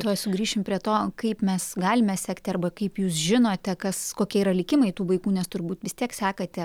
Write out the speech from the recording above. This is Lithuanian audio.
tuoj sugrįšim prie to kaip mes galime sekti arba kaip jūs žinote kas kokie yra likimai tų vaikų nes turbūt vis tiek sekate